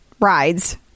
Rides